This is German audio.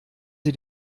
sie